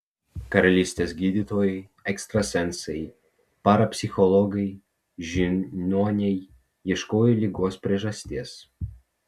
karalystės gydytojai ekstrasensai parapsichologai žiniuoniai ieškojo ligos priežasties